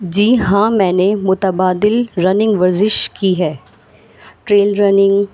جی ہاں میں نے متبادل رننگ ورزش کی ہے ٹریل رننگ